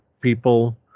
people